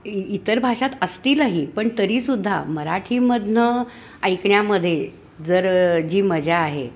इ इतर भाषेत असतीलही पण तरीसुद्धा मराठीमधनं ऐकण्यामध्ये जर जी मजा आहे